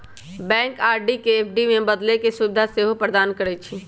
bank RD के FD में बदले के सुभीधा सेहो प्रदान करइ छइ